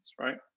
right